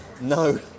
no